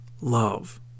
love